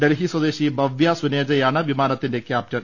ഡൽഹി സ്വദേശി ഭവ്യ സുനേജയാണ് വിമാനത്തിന്റെ ക്യാപ്റ്റൻ